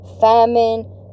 famine